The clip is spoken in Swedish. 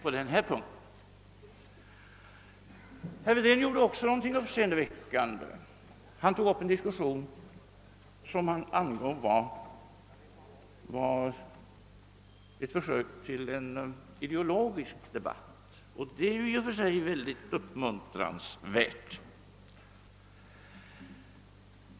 Även herr Wedén gjorde någonting som var rätt uppseendeväckande. Han tog upp en diskussion som han angav var ett försök till en ideologisk debatt, och det är i och för sig uppmuntransvärt.